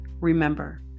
remember